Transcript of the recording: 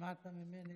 שמעת ממני?